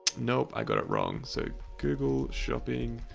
nope i got it wrong. so google shopping,